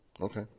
Okay